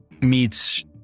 meets